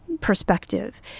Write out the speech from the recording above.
perspective